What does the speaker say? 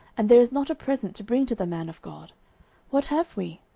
and there is not a present to bring to the man of god what have we?